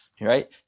right